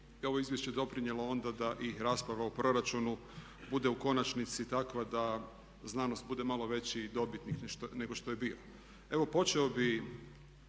bi ovo izvješće doprinijelo onda da i rasprava o proračunu bude u konačnici takva da znanost bude malo veći dobitnik nego što je bila. Evo počeo bih